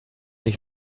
dich